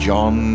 John